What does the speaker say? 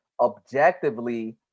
objectively